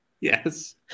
yes